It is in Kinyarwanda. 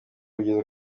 kugera